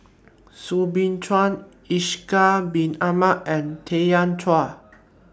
Soo Bin Chua Ishak Bin Ahmad and Tanya Chua